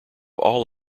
all